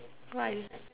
why